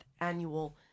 annual